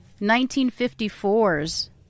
1954's